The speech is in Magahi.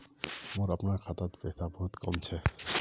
मोर अपनार खातात पैसा बहुत कम छ